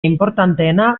inportanteena